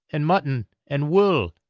and mutton, and wool,